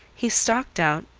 he stalked out,